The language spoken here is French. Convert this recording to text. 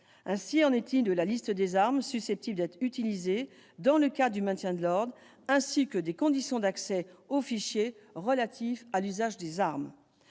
Ainsi en est-il de la liste des armes susceptibles d'être utilisées dans le cadre du maintien de l'ordre, ainsi que des conditions d'accès au fichier relatif à l'usage des armes.